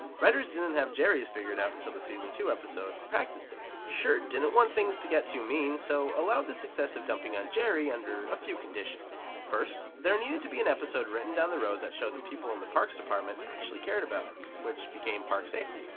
writers didn't have jerry's figured out until the season two episode practice date. schur didn't want things to get too mean, so allowed this excessive dumping on jerry under a few conditions. first, there needed to be an episode written down the road that showed the people in the parks department actually cared about him, which became park safety.